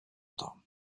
temps